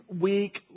week